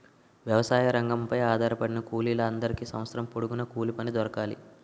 వ్యవసాయ రంగంపై ఆధారపడిన కూలీల అందరికీ సంవత్సరం పొడుగున కూలిపని దొరకాలి